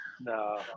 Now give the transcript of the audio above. no